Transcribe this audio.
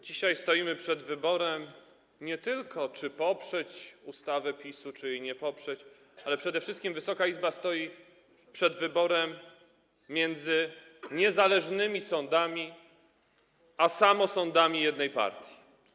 Dzisiaj stoimy nie tylko przed wyborem, czy poprzeć ustawę PiS-u, czy jej nie poprzeć, ale przede wszystkim Wysoka Izba stoi przed wyborem między niezależnymi sądami a samosądami jednej partii.